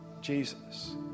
Jesus